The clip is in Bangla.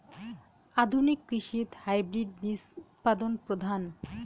আধুনিক কৃষিত হাইব্রিড বীজ উৎপাদন প্রধান